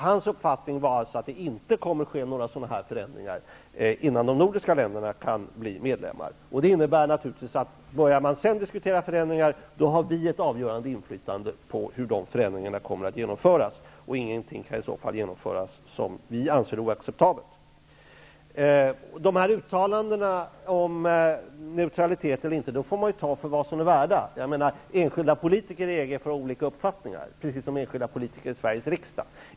Hans uppfattning var alltså att det inte kommer att ske några sådana här förändringar innan de nordiska länderna kan bli medlemmar. Börjar man därefter diskutera förändringar, kommer vi att ha ett avgörande ett inflytande på hur dessa förändringar skall genomföras. Ingenting kan då genomföras som vi anser vara oacceptabelt. Uttalandena om neutralitet eller inte får man ta för vad de är värda. Enskilda politiker i EG får ha olika uppfattningar, liksom enskilda politiker i Sveriges riksdag få ha det.